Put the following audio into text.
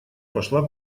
пошла